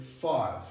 five